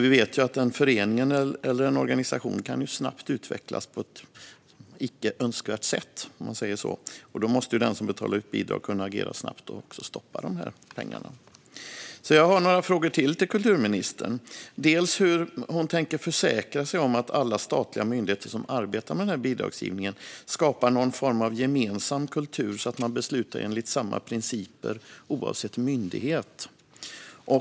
Vi vet ju att en förening eller organisation snabbt kan utvecklas på ett icke önskvärt sätt, och då måste den som betalar ut bidrag kunna agera snabbt och stoppa pengarna. Jag har därför ytterligare några frågor till kulturministern: Hur tänker kulturministern försäkra sig om att alla statliga myndigheter som arbetar med bidragsgivning skapar någon form av gemensam kultur så att man beslutar enligt samma principer oavsett myndighet?